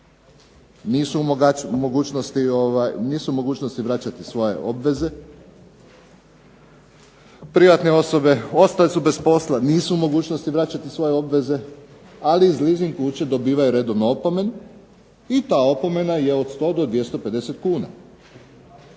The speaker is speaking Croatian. nisu u mogućnosti vraćati svoje obveze. Privatne osobe ostale su bez posla, nisu u mogućnosti vraćati svoje obveze, ali iz leasing kuće dobivaju redovno opomenu i ta opomena je od 100 do 250 kuna.